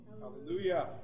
Hallelujah